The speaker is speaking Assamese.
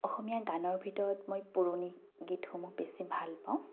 অসমীয়া গানৰ ভিতৰত মই পুৰণি গীতসমূহ বেছি ভাল পাওঁ